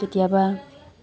কেতিয়াবা